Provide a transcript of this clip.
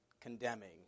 condemning